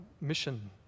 mission